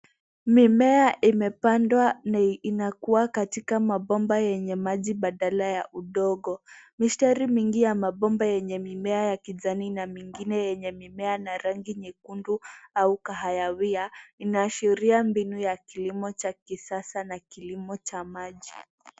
Mimea imepandwa na inakua katika mabomba yenye maji badala ya udongo. Mistari mingi yenye mimea ya kijani na mingine yenye mimea ya rangi nyekundu au kahawia. Inaashiria mbinu ya kilimo cha kisasa na kilimo cha maji .